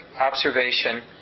observation